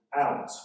out